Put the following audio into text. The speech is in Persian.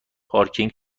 پارکینگ